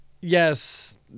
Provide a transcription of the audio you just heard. Yes